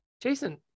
Jason